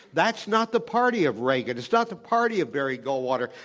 that's not the party of reagan. it's not the party of barry goldwater.